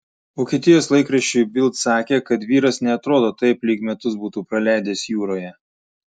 vokietijos laikraščiui bild sakė kad vyras neatrodo taip lyg metus būtų praleidęs jūroje